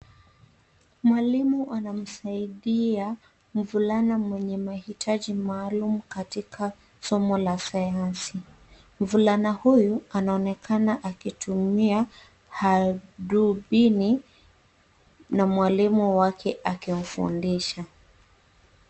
Mwalimu anamsaidia mvulana mwenye mahitaji maalum katika somo la sayansi. Mvulana huyu anaonekana akitumia hadubini na mwalimu wake akimfundisha.